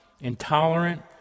intolerant